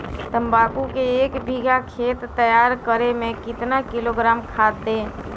तम्बाकू के एक बीघा खेत तैयार करें मे कितना किलोग्राम खाद दे?